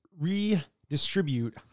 redistribute